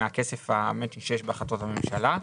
מהכסף שיש בהחלטות הממשלה.